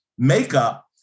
makeup